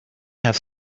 have